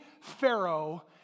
Pharaoh